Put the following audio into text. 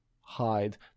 hide